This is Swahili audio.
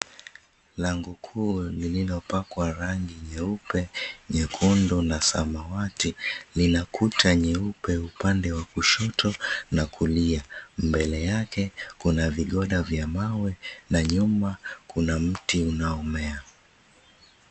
Lango kuu lililopakwa rangi nyeupe, nyekundu na samawati lina kuta nyeupe upande wa kushoto na kulia. Mbele yake kuna vigonda vya mawe na nyuma kuna mti unaomea.